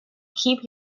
keep